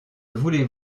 voulez